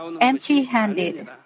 empty-handed